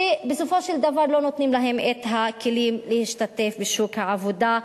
שבסופו של דבר לא נותנים להן את הכלים להשתתף בשוק העבודה,